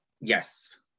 Yes